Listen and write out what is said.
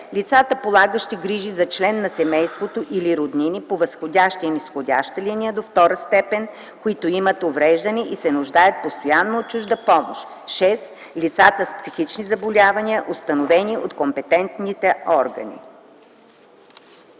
лицата, полагащи грижи за член на семейството или роднини по възходяща и низходяща линия до втора степен, които имат увреждане и се нуждаят постоянно от чужда помощ; 6. лицата с психични заболявания, установени от компетентните органи.”